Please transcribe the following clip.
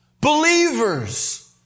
believers